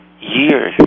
years